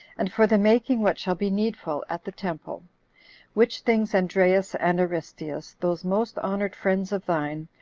and for the making what shall be needful at the temple which things andreas and aristeus, those most honored friends of thine,